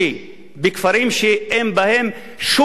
בכפרים שאין בהם שום שירות,